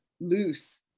loose